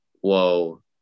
whoa